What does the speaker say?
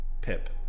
Pip